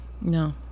No